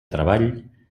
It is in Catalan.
treball